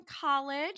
college